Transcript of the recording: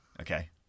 Okay